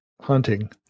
hunting